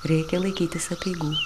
reikia laikytis apeigų